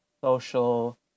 social